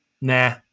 nah